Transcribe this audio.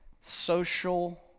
social